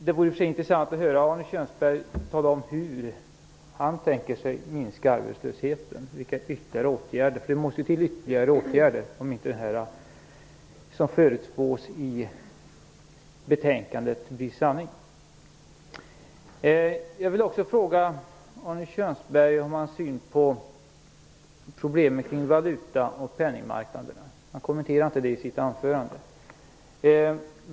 Det vore intressant att höra Arne Kjörnsberg tala om hur han tänker sig minska arbetslösheten och vilka ytterligare åtgärder han tänker sig. Det måste ju till ytterligare åtgärder om inte det som förutspås i betänkandet blir sanning. Han kommenterade inte det i sitt anförande.